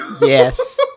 Yes